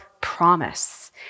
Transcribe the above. promise